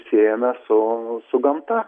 siejame su su gamta